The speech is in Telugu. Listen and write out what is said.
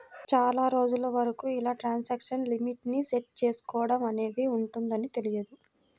చాలా రోజుల వరకు ఇలా ట్రాన్సాక్షన్ లిమిట్ ని సెట్ చేసుకోడం అనేది ఉంటదని తెలియదు